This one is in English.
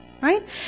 right